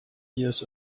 years